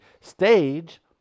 stage